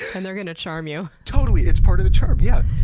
and they're gonna charm you. totally! it's part of the charm! yeah!